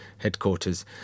Headquarters